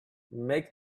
make